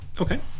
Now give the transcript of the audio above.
Okay